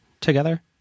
together